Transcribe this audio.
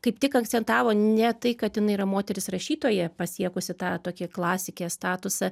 kaip tik akcentavo ne tai kad jinai yra moteris rašytoja pasiekusi tą tokį klasikės statusą